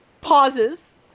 pauses